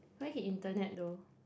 where he intern at though